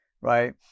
right